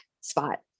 spot